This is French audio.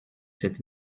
cette